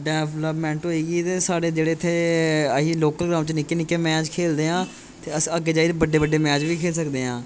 development होई ते साढ़े जेह्ड़े आहीं लोकल ग्रांऽ च निक्के निक्के खेलदे आं ते अस अग्गें जाई बड्डे बड्डे मैच बी खेल सकदेआं